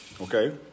Okay